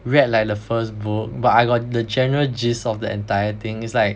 read like the first book but I got the general gist of the entire thing it's like